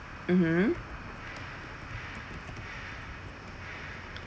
mmhmm